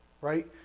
right